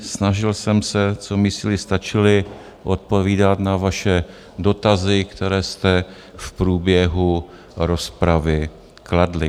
Snažil jsem se, co mi síly stačily, odpovídat na vaše dotazy, které jste v průběhu rozpravy kladli.